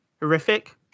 Horrific